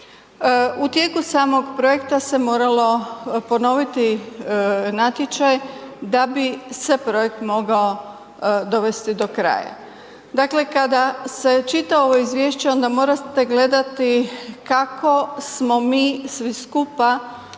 U tijeku samog projekta se moralo ponoviti natječaj da bi se projekt mogao dovesti do kraja. Dakle, kada se čita ovo izvješće onda morate gledati kako smo mi svi skupa